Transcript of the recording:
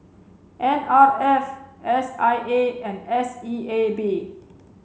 N R F S I A and S E A B